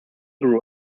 grew